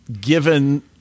given